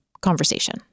conversation